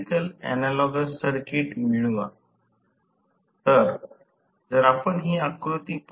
तर असे केल्यास पुन्हा सर्किट बघा आणि मी पुन्हा सर्किट वर जात नाहे